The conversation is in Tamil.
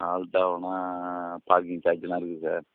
ஹால்ட் ஆவணுன்னா பார்க்கிங் சார்ஜெல்லாம் இருக்குது சார்